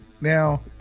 Now